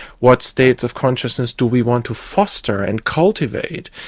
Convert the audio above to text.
what states of consciousness do we want to foster and cultivate?